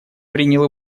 принял